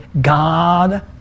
God